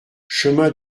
chemin